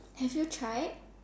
have you tried